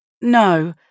No